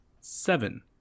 seven